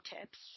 tips